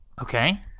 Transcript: Okay